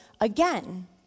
again